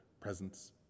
presence